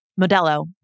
Modelo